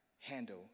handle